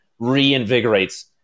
reinvigorates